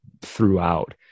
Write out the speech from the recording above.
throughout